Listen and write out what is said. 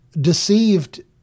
deceived